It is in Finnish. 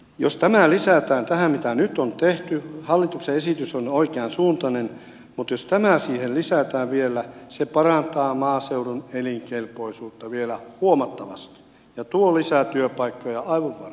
jos tämä lisää täältä mitä nyt on tehty hallituksen esitys on oikeansuuntainen mutta jos tämä siihen lisätään vielä se parantaa maaseudun elinkelpoisuutta vielä huomattavasti ja tuo lisää työpaikkoja aivan varmasti